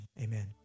amen